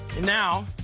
now,